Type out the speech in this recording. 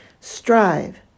Strive